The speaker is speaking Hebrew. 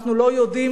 ואנחנו לא יודעים,